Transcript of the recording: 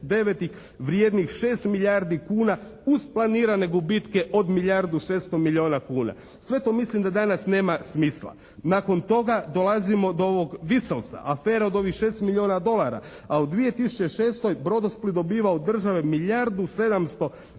do 2009. vrijednih 6 milijardi kuna uz planirane gubitke od milijardu i 600 milijuna kuna. Sve to mislim da danas nema smisla. Nakon toga dolazimo do ovog Vislsa, afera od ovih 6 milijuna dolara, a u 2006. Brodosplit dobiva od države milijardu i